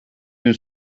gün